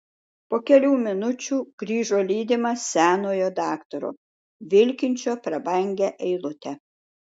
po kelių minučių grįžo lydimas senojo daktaro vilkinčio prabangią eilutę